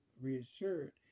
reassured